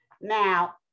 Now